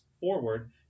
forward